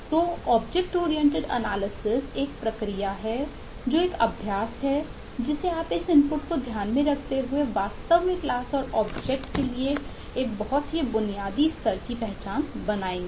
तो object oriented analysis के लिए एक बहुत ही बुनियादी स्तर की पहचान बनाएंगे